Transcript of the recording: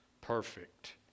perfect